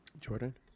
Jordan